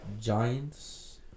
Giants